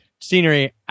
Scenery